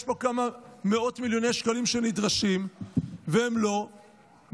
יש פה כמה מאות מיליוני שקלים שנדרשים והם לא מכוסים.